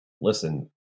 listen